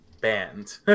banned